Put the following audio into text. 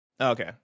Okay